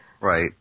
Right